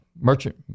Merchant